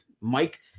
Mike